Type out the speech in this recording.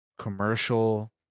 commercial